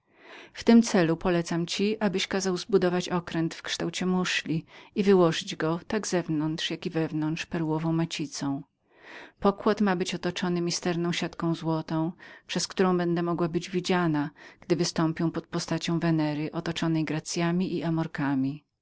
w tym celu polecam ci abyś kazał zbudować okręt w kształcie muszli i wyłożyć go tak zewnątrz jako i wewnątrz perłową macicą pokład ma być otoczony misterną siatką złotą przez którą będę mogła być widzianą gdy wystąpię pod postacią wenery otoczonej gracjami i